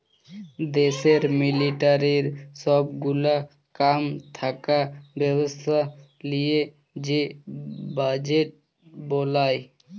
দ্যাশের মিলিটারির সব গুলা কাম থাকা ব্যবস্থা লিয়ে যে বাজেট বলায়